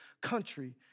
country